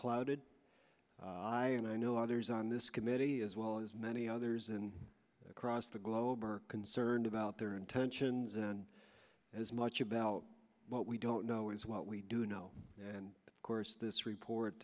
clouded i and i know others on this committee as well as many others and across the globe are concerned about their intentions and as much about what we don't know is what we do know and of course this report